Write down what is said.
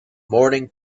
morning